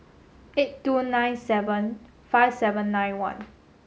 eight two nine seven five seven nine one